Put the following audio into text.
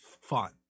fun